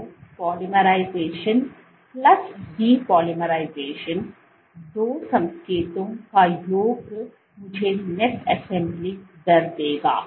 तो polymerisation plus depolymerisation दो संकेतों का योग मुझे नेट असेंबली दर देगा